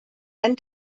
einen